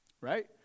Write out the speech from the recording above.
Right